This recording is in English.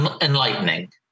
enlightening